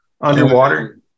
underwater